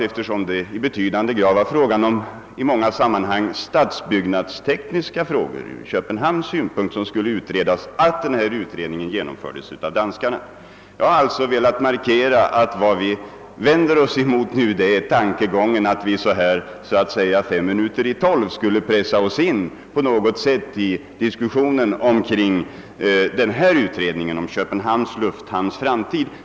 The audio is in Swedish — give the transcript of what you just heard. Eftersom det i betydande utsträckning rört sig om stadsbyggnadstekniska frågor som skulle utredas från Köpenhamns synpunkt, var det ganska givet att denna utredning skulle genomföras av danskarna. Jag har velat markera att vad vi vänder oss mot är tankegången att vi så här fem minuter i tolv skulle pressa oss in på något sätt i diskussionen omkring denna utredning om Köpenhamns lufthamns framtid.